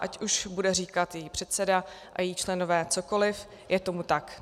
Ať už bude říkat její předseda a její členové cokoli, je tomu tak.